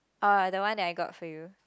orh the one that I got for you